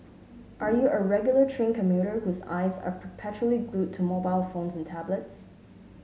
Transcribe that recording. are you a regular train commuter whose eyes are perpetually glued to mobile phones and tablets